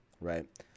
right